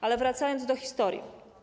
Ale wracam do historii.